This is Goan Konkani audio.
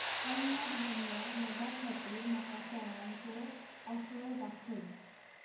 अन्नधान्य नगां खातीर म्हाका सणांचे ऑफर दाखय